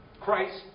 Christ